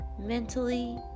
mentally